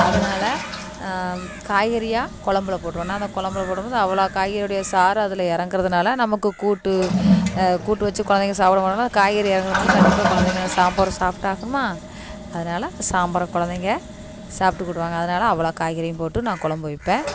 அதனால் காய்கறியாக கொழம்புல போட்டிருவேன் நான் அந்த கொழம்புல போடம் மோது அவ்வளோ காய்கறியோடய சாறு அதில் இறங்குறதுனால நமக்கு கூட்டு கூட்டு வச்சு கொழந்தைங்க சாப்பிடமாட்டாங்களா காய்கறி இறங்குறதுனால கண்டிப்பாக கொழந்தைங்க அது சாம்பார் சாப்பிட்டாகணுமா அதனால் சாம்பாரை கொழந்தைங்க சாப்பிட்டுக்குடுவாங்க அதனாலே அவ்வளோ காய்கறியும் போட்டு நான் கொழம்பு வைப்பேன்